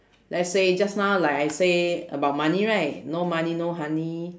let's say just now like I say about money right no money no honey